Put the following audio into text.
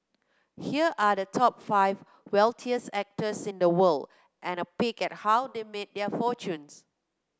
here are the top five wealthiest actors in the world and a peek at how they made their fortunes